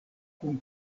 kun